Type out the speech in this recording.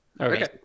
Okay